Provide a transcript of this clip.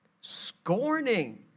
scorning